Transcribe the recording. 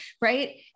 right